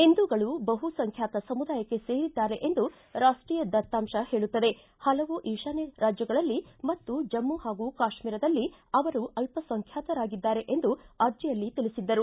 ಹಿಂದೂಗಳು ಬಹುಸಂಖ್ವಾತ ಸಮುದಾಯಕ್ಕೆ ಸೇರಿದ್ದಾರೆ ಎಂದು ರಾಷ್ಷೀಯ ದತ್ತಾಂಶ ಹೇಳುತ್ತದೆ ಹಲವು ಈತಾನ್ನ ರಾಜ್ಯಗಳಲ್ಲಿ ಮತ್ತು ಜಮ್ನ ಹಾಗೂ ಕಾಶ್ನೀರದಲ್ಲಿ ಅವರು ಅಲ್ಪಸಂಖ್ಯಾತರಾಗಿದ್ದಾರೆ ಎಂದು ಅರ್ಜಿಯಲ್ಲಿ ತಿಳಿಸಿದ್ದರು